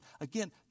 Again